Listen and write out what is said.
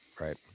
Right